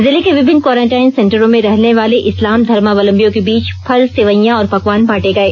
जिले के विभिन्न क्वारंटीन सेंटरों में रहने वाले इस्लाम धर्मावलंबियों के बीच फल सेवइयां और पकवान बांटे गए